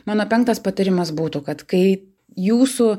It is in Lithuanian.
mano penktas patarimas būtų kad kai jūsų